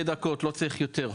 שתי דקות, לא צריך יותר.